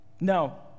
No